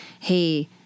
Hey